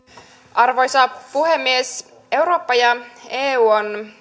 arvoisa puhemies eurooppa ja eu on